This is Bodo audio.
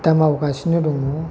दा मावगासिनो दङ